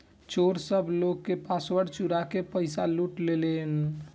चोर सब लोग के पासवर्ड चुरा के पईसा लूट लेलेन